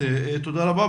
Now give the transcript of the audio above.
תודה רבה.